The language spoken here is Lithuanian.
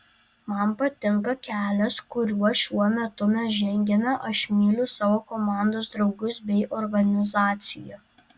man patinka kelias kuriuo šiuo metu mes žengiame aš myliu savo komandos draugus bei organizaciją